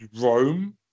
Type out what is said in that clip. Rome